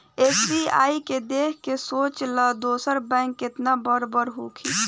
SBI के देख के सोच ल दोसर बैंक केतना बड़ बड़ होखी